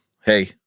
hey